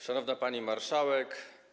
Szanowna Pani Marszałek!